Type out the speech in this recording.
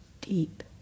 deep